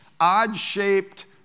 odd-shaped